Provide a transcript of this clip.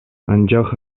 анчах